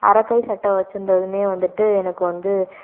அரை கை சட்டை வைச்சிருந்ததுமே வந்துட்டு எனக்கு வந்து